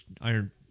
Iron